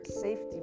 safety